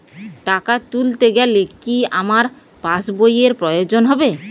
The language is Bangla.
টাকা তুলতে গেলে কি আমার পাশ বইয়ের প্রয়োজন হবে?